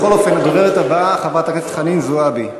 בכל אופן, הדוברת הבאה, חברת הכנסת חנין זועבי,